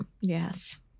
Yes